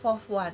fourth [one]